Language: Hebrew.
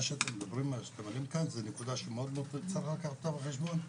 מה שאתם מעלים כאן זה נקודה שמאוד צריך לקחת אותה בחשבון.